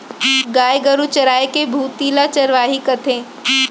गाय गरू चराय के भुती ल चरवाही कथें